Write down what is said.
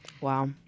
Wow